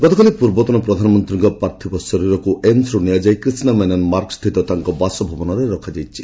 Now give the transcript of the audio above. ଗତକାଲି ପୂର୍ବତନ ପ୍ରଧାନମନ୍ତୀଙ୍କ ପାର୍ଥିବ ଶରୀରକୁ ଏମ୍ସ୍ରୁ ନିଆଯାଇ କ୍ରିଷ ମେନନ୍ ମାର୍ଗସ୍ରିତ ତାଙ୍କ ବାସଭବନରେ ରଖାଯାଇଛି